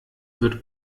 wird